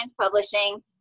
Publishing